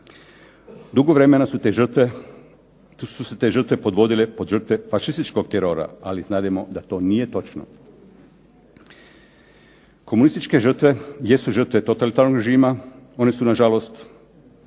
Dugo vremena su se te žrtve podvodile pod žrtve fašističkog terora, ali znademo da to nije točno. Komunističke žrtve jesu žrtve totalitarnog režima. One su na žalost